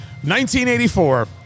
1984